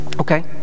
Okay